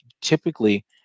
typically